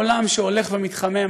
העולם שהולך ומתחמם,